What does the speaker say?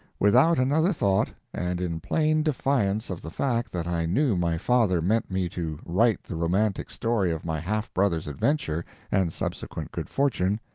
without another thought, and in plain defiance of the fact that i knew my father meant me to write the romantic story of my half-brother's adventure and subsequent good fortune,